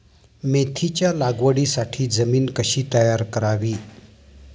मेथीच्या लागवडीसाठी जमीन कशी तयार करावी?